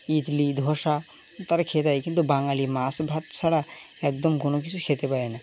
ইডলি ধোসা তারা খেতে দেয় কিন্তু বাঙালি মাস ভাত ছাড়া একদম কোনো কিছু খেতে পায় না